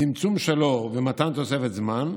צמצום שלו ומתן תוספת זמן.